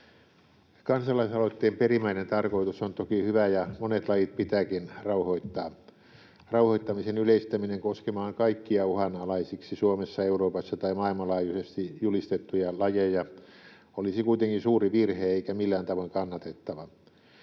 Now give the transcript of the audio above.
Kansalaisaloitteen perimmäinen tarkoitus on toki hyvä, ja monet lajit pitääkin rauhoittaa. Rauhoittamisen yleistäminen koskemaan kaikkia uhanalaisiksi Suomessa, Euroopassa tai maailmanlaajuisesti julistettuja lajeja olisi kuitenkin suuri virhe eikä millään tavoin kannatettavaa.